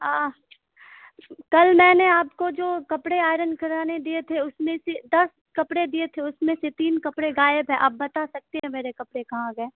آہ کل میں نے آپ کو جو کپڑے آئرن کرانے دیے تھے اس میں سے دس کپڑے دیے تھے اس میں سے تین کپڑے غائب ہیں آپ بتا سکتے ہیں میرے کپڑے کہاں گئیں